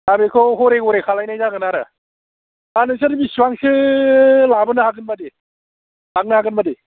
दा बेखौ गरे गरे खालामनाय जागोन आरो नोंसोर बेसेबांसो लाबोनो हागोन बादि लांनो हागोन बादि